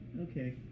Okay